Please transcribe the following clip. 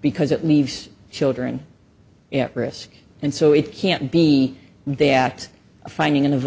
because it leaves children at risk and so it can't be they at a finding of